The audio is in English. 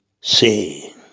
say